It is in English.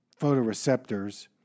photoreceptors